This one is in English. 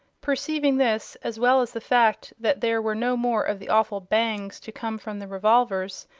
perceiving this, as well as the fact that there were no more of the awful bangs to come from the revolvers,